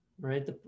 Right